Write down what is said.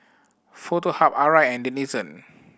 Foto Hub Arai and Denizen